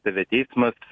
tave teismas